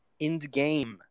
Endgame